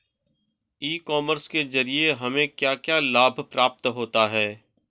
ई commerce के ज़रिए हमें क्या क्या लाभ प्राप्त होता है?